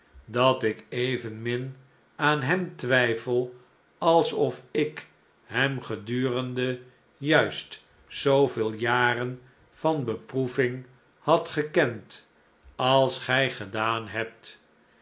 dat ik evenmin aan hem twijfel alsof ik hem gedurende juist zooveel jaren van beproeving had gekend als gij gedaan hebt